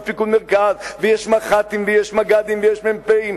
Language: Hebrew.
פיקוד מרכז ויש מח"טים ויש מג"דים ויש מ"פים.